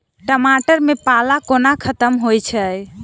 टमाटर मे पाला कोना खत्म होइ छै?